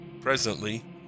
Presently